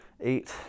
eight